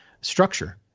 structure